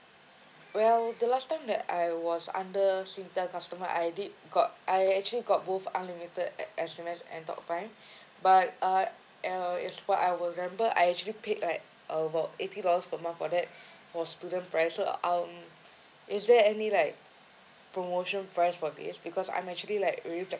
well the last time that I was under Singtel customer I did got I actually got both unlimited S_M_S and talk time but uh uh as far I remember I actually paid like about eighty dollars per month for that for student price so um is there any like promotion price for this because I'm actually like really